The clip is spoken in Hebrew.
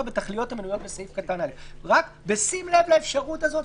בתכליות המנויות בסעיף (א); רק בשים לב לאפשרות הזאת,